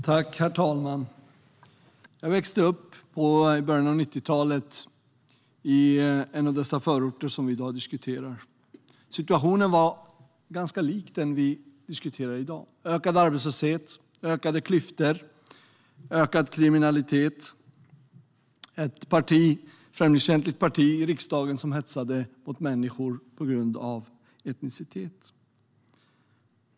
Herr talman! Jag växte upp i en av de förorter vi diskuterar. I början av 90-talet var situationen ganska lik dagens. Det var ökad arbetslöshet, ökade klyftor och ökad kriminalitet, och det satt ett främlingsfientligt parti i riksdagen som hetsade mot människor på grund av etnicitet.